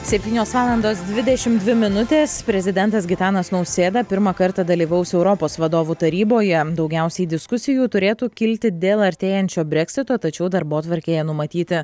septynios valandos dvidešimt dvi minutės prezidentas gitanas nausėda pirmą kartą dalyvaus europos vadovų taryboje daugiausiai diskusijų turėtų kilti dėl artėjančio breksito tačiau darbotvarkėje numatyti